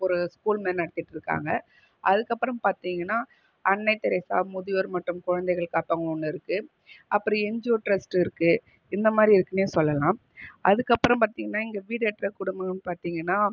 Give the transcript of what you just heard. ஒரு ஸ்கூல் மாரி நடத்திட்டுருக்காங்க அதுக்கப்புறம் பார்த்திங்கன்னா அன்னை தெரேசா முதியோர் மற்றும் குழந்தைகள் காப்பகம் ஒன்றுருக்கு அப்புறம் என்ஜிஓ ட்ரஸ்ட் இருக்கு இந்தமாதிரி இருக்குன்னே சொல்லலாம் அதுக்கப்புறம் பார்த்திங்கன்னா இங்கே வீடு அற்ற குடும்பம்னு பார்த்திங்கன்னா